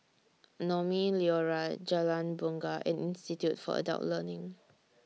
Naumi Liora Jalan Bungar and Institute For Adult Learning